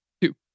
Two